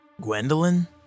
Gwendolyn